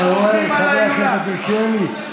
אנחנו עובדים על ההילולה.